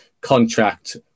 contract